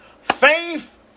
Faith